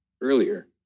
earlier